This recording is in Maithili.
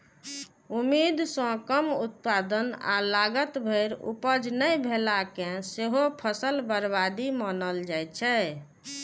उम्मीद सं कम उत्पादन आ लागत भरि उपज नहि भेला कें सेहो फसल बर्बादी मानल जाइ छै